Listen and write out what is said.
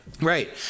Right